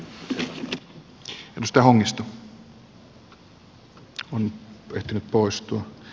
arvoisa herra puhemies